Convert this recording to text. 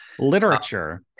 literature